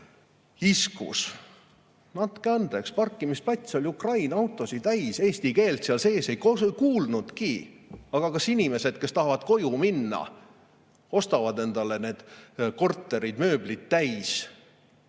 Iskus. No andke andeks, parkimisplats oli Ukraina autosid täis, eesti keelt seal sees ei kuulnudki. Aga kas inimesed, kes tahavad koju minna, ostavad endale korteri mööblit täis?